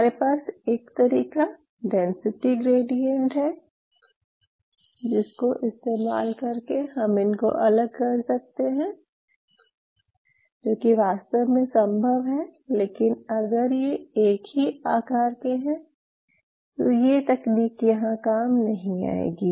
हमारे पास एक तरीका डेंसिटी ग्रेडिएंट है जिसको इस्तेमाल करके हम इनको अलग कर सकते हैं जो कि वास्तव में संभव है लेकिन अगर ये एक ही आकार के हैं तो ये तकनीक यहाँ काम नहीं आएगी